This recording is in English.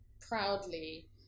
proudly